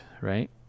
right